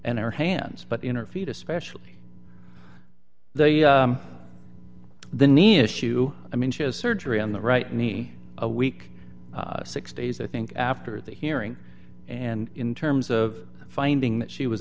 and her hands but in her feet especially the knee issue i mean she has surgery on the right knee a week six days i think after the hearing and in terms of finding that she was